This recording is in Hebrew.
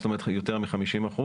זאת אומרת יותר מ-50%,